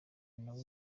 nawe